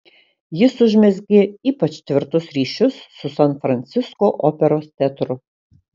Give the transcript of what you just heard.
jis užmezgė ypač tvirtus ryšius su san francisko operos teatru